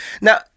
Now